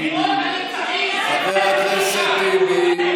מאות אלפים, חבר הכנסת טיבי,